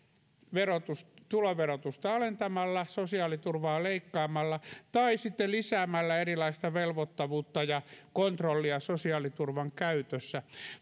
tuloverotusta alentamalla sosiaaliturvaa leikkaamalla tai sitten lisäämällä erilaista velvoittavuutta ja kontrollia sosiaaliturvan käytössä